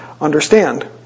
understand